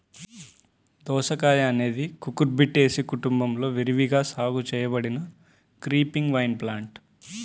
దోసకాయఅనేది కుకుర్బిటేసి కుటుంబంలో విరివిగా సాగు చేయబడిన క్రీపింగ్ వైన్ప్లాంట్